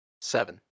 seven